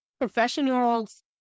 professionals